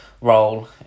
role